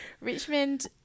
Richmond